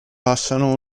passano